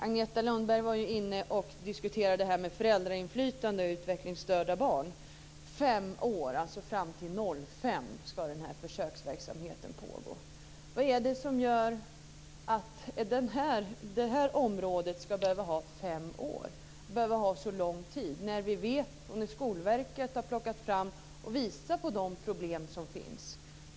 Agneta Lundberg diskuterade inflytandet för föräldrar med utvecklingsstörda barn. Den försöksverksamheten ska pågå i fem år, alltså fram till år 2005. Vad är det som gör att det här området behöver så lång tid? Skolverket har visat på de problem som finns.